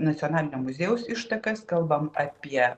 nacionalinio muziejaus ištakas kalbam apie